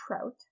trout